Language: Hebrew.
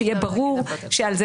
שיהיה ברור שעל זה,